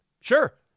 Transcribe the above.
sure